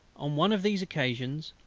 on one of these occasions,